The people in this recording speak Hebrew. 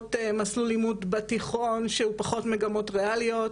בוחרות מסלול לימוד בתיכון שהוא פחות מגמות ריאליות,